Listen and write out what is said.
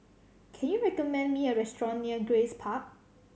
can you recommend me a restaurant near Grace Park